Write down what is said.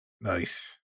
Nice